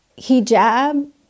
hijab